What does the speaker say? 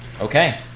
Okay